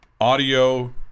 audio